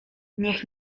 niech